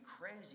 crazy